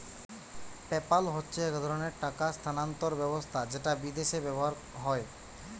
PayPal হচ্ছে এক ধরণের টাকা স্থানান্তর ব্যবস্থা যেটা বিদেশে ব্যবহার হয়